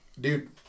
dude